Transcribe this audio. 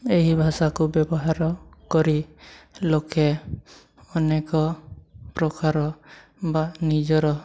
ଏହି ଭାଷାକୁ ବ୍ୟବହାର କରି ଲୋକେ ଅନେକ ପ୍ରକାର ବା ନିଜର